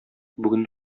бүген